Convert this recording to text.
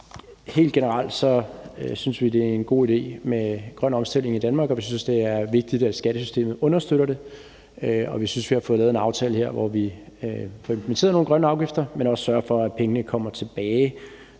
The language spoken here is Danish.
Helt generelt synes vi, det er en god idé med grøn omstilling i Danmark, og vi synes, det er vigtigt, at skattesystemet understøtter det, og vi synes, vi har fået lavet en aftale her, hvor vi får implementeret nogle grønne afgifter, men også sørger for, at pengene kommer tilbage,